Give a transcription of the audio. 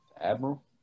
Admiral